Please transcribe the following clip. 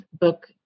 book